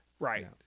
right